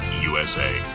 USA